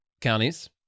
counties